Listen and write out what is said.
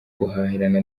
guhahirana